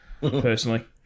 personally